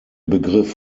begriff